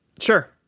Sure